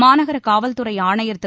மாநகர காவல்துறை ஆணையர் திரு